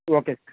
okay sir